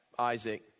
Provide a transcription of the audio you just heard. Isaac